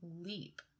leap